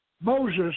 Moses